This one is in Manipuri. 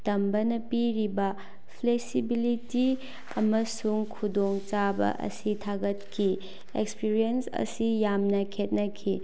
ꯇꯝꯕꯅ ꯄꯤꯔꯤꯕ ꯐ꯭ꯂꯦꯛꯁꯤꯕꯤꯂꯤꯇꯤ ꯑꯃꯁꯨꯡ ꯈꯨꯗꯣꯡ ꯆꯥꯕ ꯑꯁꯤ ꯊꯥꯒꯠꯈꯤ ꯑꯦꯛꯁꯄꯤꯔꯤꯌꯦꯟꯁ ꯑꯁꯤ ꯌꯥꯝꯅ ꯈꯦꯠꯅꯈꯤ